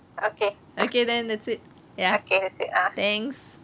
okay then that's it ya thanks